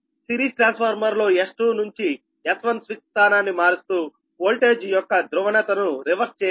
series transformer లో S2 నుంచి S1 switch స్థానాన్ని మారుస్తూ ఓల్టేజ్ యొక్క ధ్రువణతను రివర్స్ చేయవచ్చు